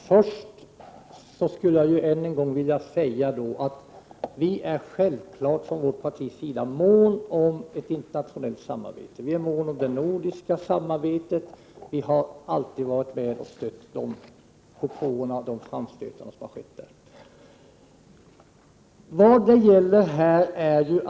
Herr talman! Jag vill först än en gång säga att vi är självfallet från vårt partis sida måna om det internationella samarbetet. Vi är måna om det nordiska samarbetet — vi har alltid varit med och stött de framstötar som gjorts härvidlag.